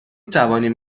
توانیم